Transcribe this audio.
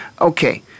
okay